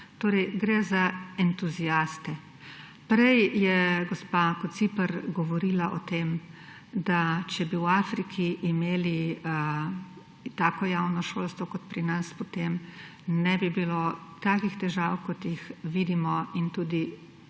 torej gre za entuziaste. Prej je gospa Kociper govorila o tem, da če bi v Afriki imeli tako javno šolstvo, kot pri nas, potem ne bi bilo takih težav, kot jih vidimo in tudi